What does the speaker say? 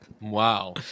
Wow